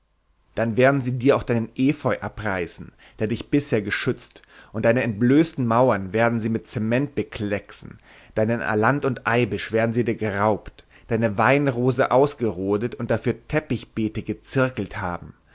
dann werden sie dir auch deinen efeu abreißen der dich bisher geschützt und deine entblößten mauern werden sie mit cement beklecksen deinen alant und eibisch werden sie dir geraubt deine weinrose ausgerodet und dafür teppichbeete gezirkelt haben